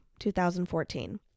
2014